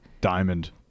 Diamond